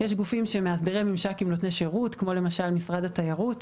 יש גופים שהם מאסדרי ממשקים נותני שירותי כמו למשל משרד התיירות.